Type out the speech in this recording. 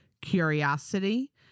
curiosity